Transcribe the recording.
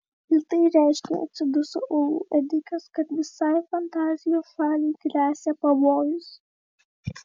ir tai reiškia atsiduso uolų ėdikas kad visai fantazijos šaliai gresia pavojus